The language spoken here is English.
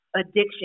addiction